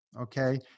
okay